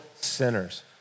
sinners